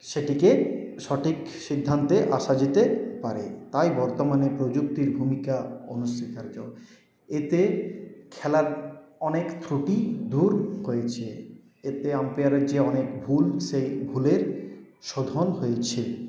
সেটিকে সঠিক সিদ্ধান্তে আসা যেতে পারে তাই বর্তমানে প্রযুক্তির ভুমিকা অনস্বীকার্য এতে খেলার অনেক ত্রুটি দূর হয়েছে এতে আম্পায়ারের যে অনেক ভুল সেই ভুলের শোধন হয়েছে